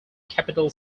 capital